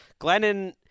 Glennon